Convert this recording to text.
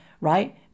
right